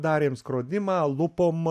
darėm skrodimą lupom